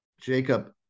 Jacob